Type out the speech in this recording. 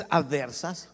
adversas